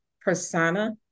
persona